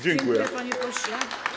Dziękuję, panie pośle.